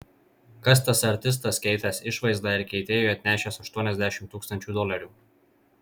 kas tas artistas keitęs išvaizdą ir keitėjui atnešęs aštuoniasdešimt tūkstančių dolerių